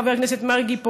חבר הכנסת מרגי פה,